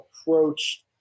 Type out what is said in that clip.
approached